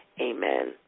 Amen